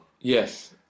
Yes